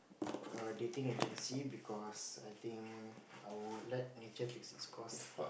a dating agency because I think I would nature takes its course